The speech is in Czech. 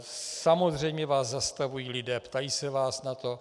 Samozřejmě vás zastavují lidé, ptají se vás na to.